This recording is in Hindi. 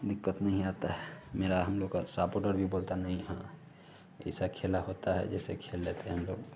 दिक्कत नहीं आती है मेरा हम लोग का सपोर्टर भी बोलता नहीं हाँ ऐसा खेला होता है जैसे खेल लेते हैं हम लोग